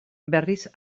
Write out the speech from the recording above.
berriz